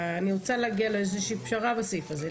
אני רוצה להגיע לאיזושהי פשרה בסעיף הזה.